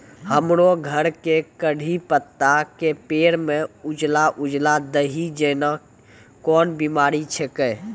हमरो घर के कढ़ी पत्ता के पेड़ म उजला उजला दही जेना कोन बिमारी छेकै?